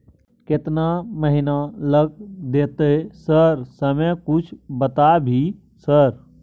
केतना महीना लग देतै सर समय कुछ बता भी सर?